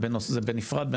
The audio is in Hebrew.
זה בנפרד.